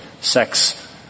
sex